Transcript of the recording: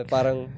Parang